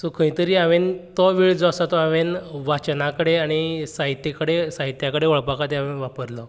so खंय तरी हांवेन तो वेळ जो आसा तो हांवेन वाचना कडेन आनी साहित्या कडेन साहित्या कडेन वळपा खातीर हांवेन वापरलो